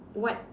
what